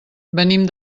venim